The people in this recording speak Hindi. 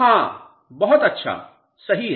हाँ बहुत अच्छा सही है